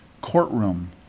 courtroom